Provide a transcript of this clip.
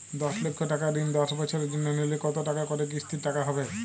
দশ লক্ষ টাকার ঋণ দশ বছরের জন্য নিলে কতো টাকা করে কিস্তির টাকা হবে?